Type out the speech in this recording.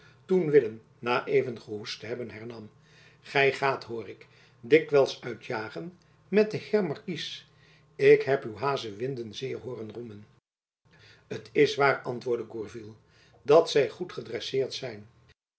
toen willem na even gehoest te hebben jacob van lennep elizabeth musch hernam gy gaat hoor ik dikwijls uit jagen met den heer markies ik heb uw hazewinden zeer hooren roemen t is waar antwoordde gourville dat zy goed gedresseerd zijn